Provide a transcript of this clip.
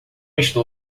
estou